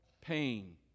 pain